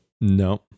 No